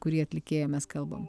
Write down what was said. kurį atlikėją mes kalbam